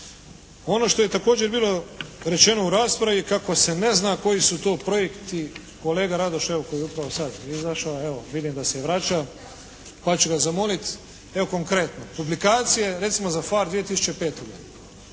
Ono što je također bilo rečeno u raspravi kako se ne zna koji su to projekti, kolega Radoš koji je upravo sad izašao, vidim da se vraća, pa ću ga zamolit evo, konkretno. Publikacije recimo za PHARE za 2005.